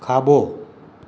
खाबो॒